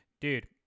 dude